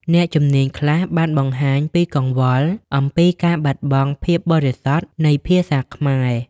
អ្នកជំនាញខ្លះបានបង្ហាញពីកង្វល់អំពីការបាត់បង់ភាពបរិសុទ្ធនៃភាសាខ្មែរ។